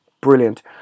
brilliant